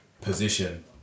position